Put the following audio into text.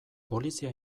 polizia